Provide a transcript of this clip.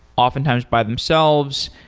oftentimes by themselves.